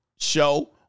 show